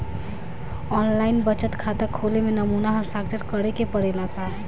आन line बचत खाता खोले में नमूना हस्ताक्षर करेके पड़ेला का?